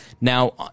Now